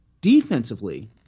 defensively